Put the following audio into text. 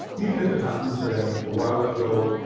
even if it happened to them a while ago,